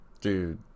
Dude